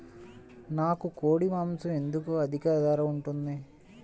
నాకు కోడి మాసం ఎందుకు అధిక ధర ఉంటుంది?